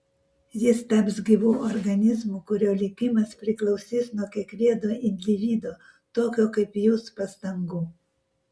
jis taps gyvu organizmu kurio likimas priklausys nuo kiekvieno individo tokio kaip jūs pastangų